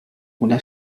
una